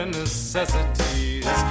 necessities